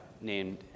named